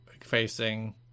facing